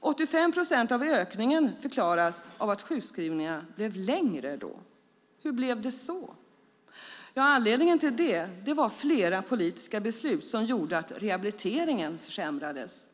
85 procent av ökningen förklaras av att sjukskrivningarna då blev längre. Hur blev det så? Ja, anledningen till det var flera politiska beslut som gjorde att rehabiliteringen försämrades.